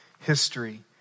history